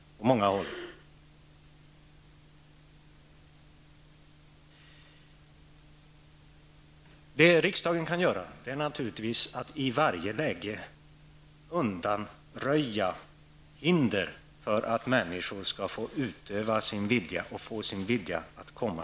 Vad riksdagen kan göra är naturligtvis att i varje läge undanröja hinder för att människor skall kunna ge uttryck för sin vilja.